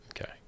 Okay